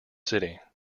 city